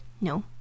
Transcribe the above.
no